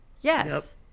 yes